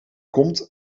komt